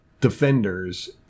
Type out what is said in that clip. defenders